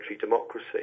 democracy